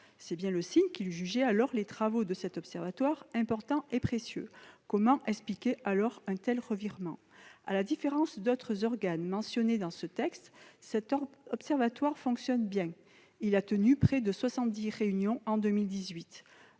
C'est bien le signe qu'il jugeait alors les travaux de cet observatoire importants et précieux. Dès lors, comment expliquer un tel revirement ? À la différence d'autres organes mentionnés dans ce texte, cet observatoire fonctionne bien : il a tenu près de soixante-dix réunions en 2018.